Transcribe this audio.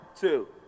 two